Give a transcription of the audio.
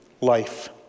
life